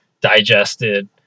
digested